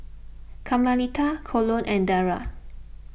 Carmelita Colon and Daryle